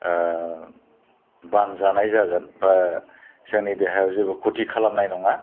बानजानाय जागोन एबा जोंनि देहायाव जेबो खथि खालामनाय नङा